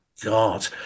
God